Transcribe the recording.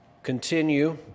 Continue